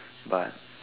but